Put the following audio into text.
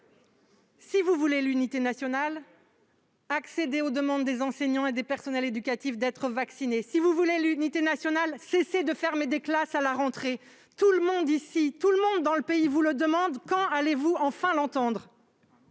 Si vous voulez l'unité nationale, accédez à la demande des enseignants et des personnels éducatifs d'être vaccinés. Si vous voulez l'unité nationale, cessez de fermer des classes à la rentrée. Tout le monde vous le demande, tant dans cet hémicycle que dans le pays. Quand allez-vous enfin l'entendre ?